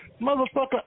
Motherfucker